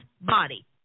body